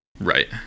Right